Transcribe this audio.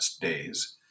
days